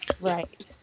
Right